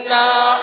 now